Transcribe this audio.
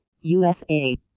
USA